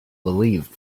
relieved